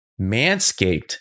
Manscaped